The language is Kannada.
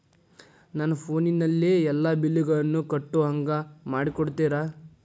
ನನ್ನ ಫೋನಿನಲ್ಲೇ ಎಲ್ಲಾ ಬಿಲ್ಲುಗಳನ್ನೂ ಕಟ್ಟೋ ಹಂಗ ಮಾಡಿಕೊಡ್ತೇರಾ?